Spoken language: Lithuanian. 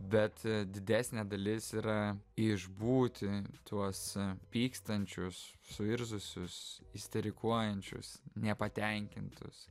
bet didesnė dalis yra išbūti tuos pykstančius suirzusius isterikuojančius nepatenkintus